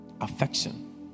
Affection